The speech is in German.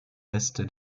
reste